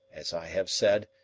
as i have said,